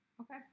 Okay